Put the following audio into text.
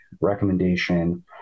recommendation